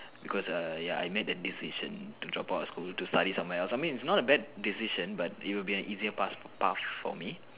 because err ya I made a decision to drop out of school to study somewhere else I mean it's not a bad decision but it will be an easier pass~ easier path for me